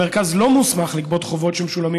המרכז לא מוסמך לגבות חובות שמשולמים